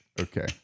Okay